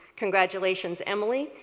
congratulations, emily.